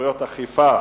(סמכויות אכיפה,